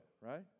right